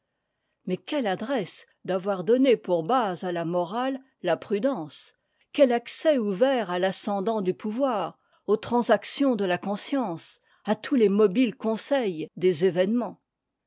mais quelle adresse d'avoir donné pour base a la morale la prudence quel accès ouvert à l'ascendant du pouvoir aux transactions de la conscience à tous les mobiles conseils des événements